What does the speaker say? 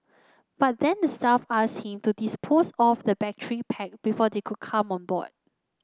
but then the staff asked him to dispose of the battery pack before they could come on boy